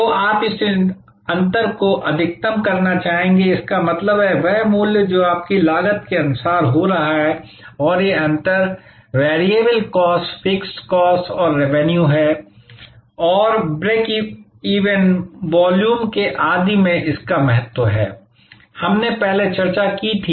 तो आप इस अंतर को अधिकतम करना चाहेंगे इसका मतलब है वह मूल्य जो आपकी लागत के अनुसार हो रहा है और ये अंतर वैरिएबल कॉस्ट फिक्स्ड कॉस्ट और रेवेन्यू हैं और ब्रेक वॉल्यूम आदि के संबंध में इसका महत्व है हमने पहले चर्चा की थी